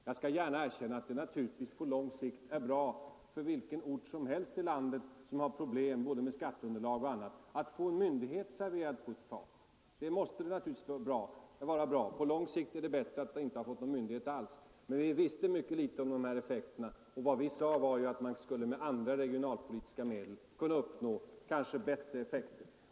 Jag skall gärna erkänna att det är bra för vilken ort som helst i landet som har problem med både skatteunderlaget och annat att få en myndighet serverad på ett fat. Men på lång sikt är det bättre att inte ha fått dit någon myndighet alls. Vi visste mycket litet om de här effekterna, och vad vi sade var att man med andra regionalpolitiska medel kanske skulle kunna uppnå bättre effekter.